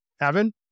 Evan